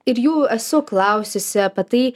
ir jų esu klaususi apie tai